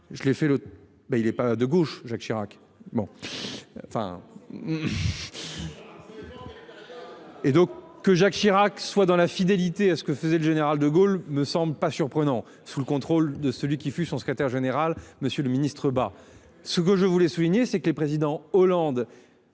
Je l'ai fait le, ben il est pas de gauche, Jacques Chirac. Bon. Enfin. Et donc que Jacques Chirac soit dans la fidélité à ce que faisait le général de Gaulle ne semble pas surprenant sous le contrôle de celui qui fut son secrétaire général, Monsieur le Ministre, bah ce que je voulais souligner, c'est que les présidents Hollande.